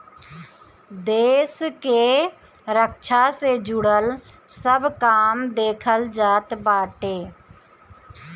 देस के रक्षा से जुड़ल सब काम देखल जात बाटे